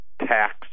tax